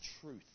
truth